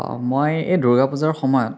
অঁ মই এই দূৰ্জা পূজাৰ সময়ত